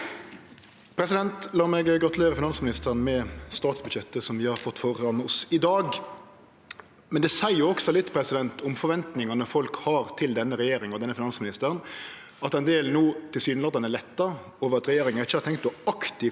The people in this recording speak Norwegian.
La meg gratulere finansministeren med statsbudsjettet vi har fått føre oss i dag. Men det seier litt om forventningane folk har til denne regjeringa og denne finansministeren, at ein del no tilsynelatande er letta over at regjeringa ikkje har tenkt aktivt